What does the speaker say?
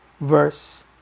Verse